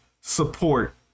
support